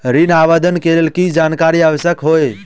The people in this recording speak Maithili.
ऋण आवेदन केँ लेल की सब जानकारी आवश्यक होइ है?